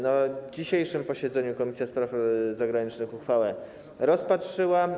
Na dzisiejszym posiedzeniu Komisja Spraw Zagranicznych uchwałę rozpatrzyła.